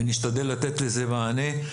ונשתדל לתת לזה מענה.